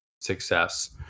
success